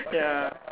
ya